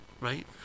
right